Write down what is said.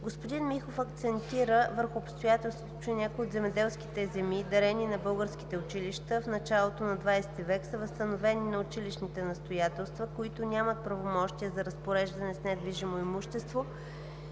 Господин Михов акцентира върху обстоятелството, че някои от земеделските земи, дарени на български училища в началото на XX век, са възстановени на училищни настоятелства, които нямат правомощия за разпореждане с недвижимо имущество,